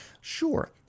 Sure